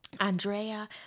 Andrea